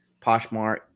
Poshmark